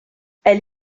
elle